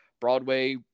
Broadway